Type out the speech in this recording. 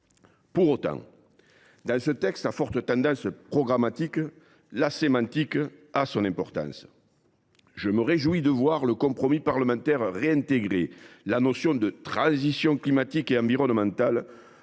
Pour autant, dans ce texte à forte tendance programmatique, la sémantique a son importance. Je me réjouis de voir le compromis parlementaire réintégrer la notion de « transitions climatique et environnementale